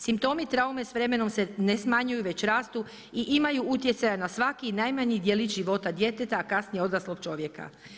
Simptomi traume s vremenom se ne smanjuju već rastu, i imaju utjecaja na svaki i najmanji djelić života djeteta a kasnije odraslog čovjeka.